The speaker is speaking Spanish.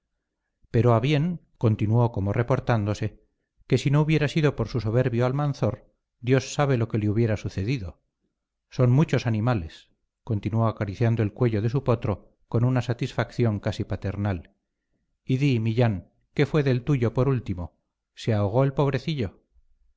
pero a bien continuó como reportándose que si no hubiera sido por su soberbio almanzor dios sabe lo que le hubiera sucedido son muchos animales continuó acariciando el cuello de su potro con una satisfacción casi paternal y di millán qué fue del tuyo por último se ahogó el pobrecillo